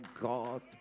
God